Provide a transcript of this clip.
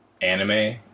anime